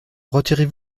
retirez